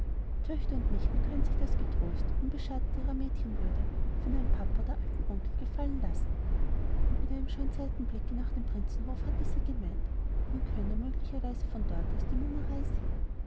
töchter und nichten können sich das getrost unbeschadet ihrer mädchenwürde von einem papa oder alten onkel gefallen lassen und mit einem scheuen seitenblicke nach dem prinzenhof hatte sie gemeint man könne möglicherweise von dort aus die mummerei sehen